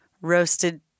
roasted